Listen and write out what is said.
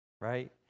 right